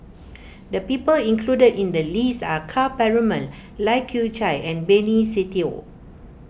the people included in the list are Ka Perumal Lai Kew Chai and Benny Se Teo